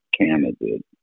candidate